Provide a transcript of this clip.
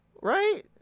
right